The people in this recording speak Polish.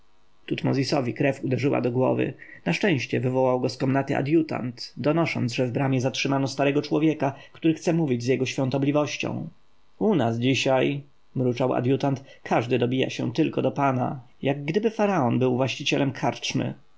tutmozisowi krew uderzyła do głowy na szczęście wywołał go z komnaty adjutant donosząc że w bramie zatrzymano starego człowieka który chce mówić z jego świątobliwością u nas dzisiaj mruczał adjutant każdy dobija się tylko do pana jakgdyby faraon był właścicielem karczmy